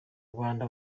rwanda